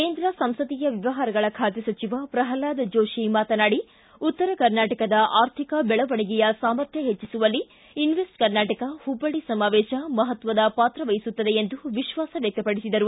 ಕೇಂದ್ರ ಸಂಸದೀಯ ವ್ಯವಹಾರಗಳ ಖಾತೆ ಸಚಿವ ಪ್ರಲ್ವಾದ ಜೋಶಿ ಮಾತನಾಡಿ ಉತ್ತರ ಕರ್ನಾಟಕದ ಆರ್ಥಿಕ ಬೆಳವಣಿಗೆಯ ಸಾಮರ್ಥ್ಯ ಹೆಚ್ಚಿಸುವಲ್ಲಿ ಇನ್ವೆಸ್ಟ್ ಕರ್ನಾಟಕ ಹುಬ್ಬಳ್ಳಿ ಸಮಾವೇಶ ಮಹತ್ವದ ಪಾತ್ರ ವಹಿಸುತ್ತದೆ ಎಂದು ವಿಶ್ವಾಸ ವ್ಯಕ್ತಪಡಿಸಿದರು